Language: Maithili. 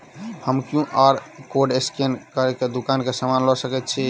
हम क्यू.आर कोड स्कैन कऽ केँ दुकान मे समान लऽ सकैत छी की?